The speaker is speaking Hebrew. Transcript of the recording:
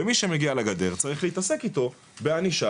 ומי שמגיע לגדר צריך להתעסק איתו בענישה